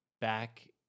back